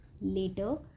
later